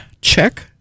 check